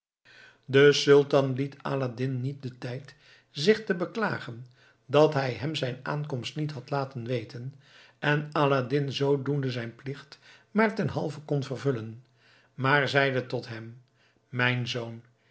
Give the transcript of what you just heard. de sultan liet aladdin niet den tijd zich te beklagen dat hij hem zijn aankomst niet had laten weten en aladdin zoodoende zijn plicht maar ten halve kon vervullen maar zeide tot hem mijn zoon